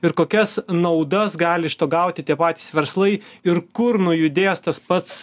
ir kokias naudas gali iš to gauti tie patys verslai ir kur nujudės tas pats